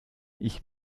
ich